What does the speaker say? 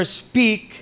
speak